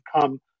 come